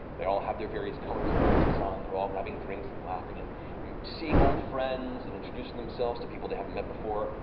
they all have their various colors and masks on. they're all grabbing drinks and laughing and seeing old friends and introducing themselves to new people they haven't met before.